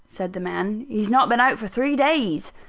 said the man, he's not been out for three days.